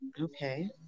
Okay